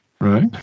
Right